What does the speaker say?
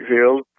Field